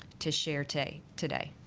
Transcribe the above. to share tay today